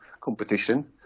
competition